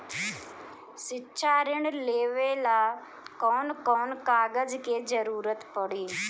शिक्षा ऋण लेवेला कौन कौन कागज के जरुरत पड़ी?